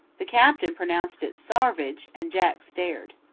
the captain pronounced it sarvidge, and jack stared.